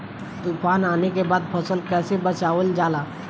तुफान आने के बाद फसल कैसे बचावल जाला?